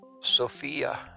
Sophia